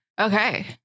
Okay